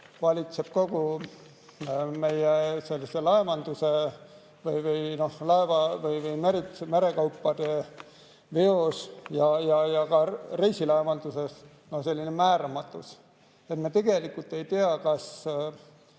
valitseb kogu meie laevanduses, merekaubaveos ja ka reisilaevanduses selline määramatus. Me tegelikult ei tea, kas